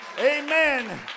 Amen